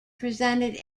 presented